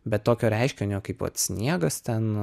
bet tokio reiškinio kaip vat sniegas ten